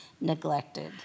neglected